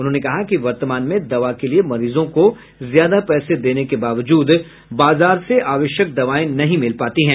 उन्होंने कहा कि वर्तमान में दवा के लिए मरीजों को ज्यादा पैसे देने के बावजूद बाजार से आवश्यक दवाएं नहीं मिल पाती है